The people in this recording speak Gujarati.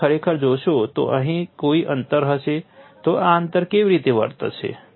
જો તમે ખરેખર જોશો તો અહીં કોઈ અંતર હશે તો આ અંતર કેવી રીતે વર્તશે